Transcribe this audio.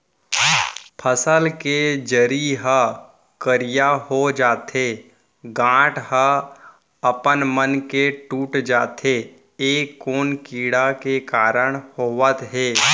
फसल के जरी ह करिया हो जाथे, गांठ ह अपनमन के टूट जाथे ए कोन कीड़ा के कारण होवत हे?